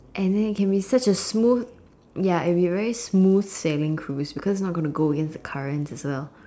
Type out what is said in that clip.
and then it can be such a smooth ya a very smooth sailing Cruise because not going to go against the currents as well